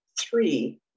three